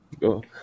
go